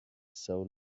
soul